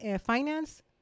finance